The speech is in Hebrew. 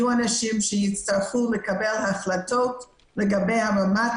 יהיו אנשים שהצטרכו לקבל החלטות לגבי רמת